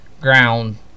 ground